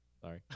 Sorry